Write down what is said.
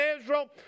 Israel